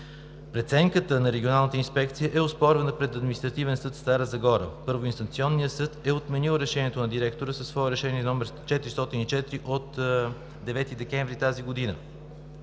Преценката на Регионалната инспекция е оспорвана пред Административен съд – Стара Загора. Първоинстанционният съд е отменил решението на директора със свое Решение № 404 от 9 декември тази година.